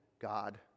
God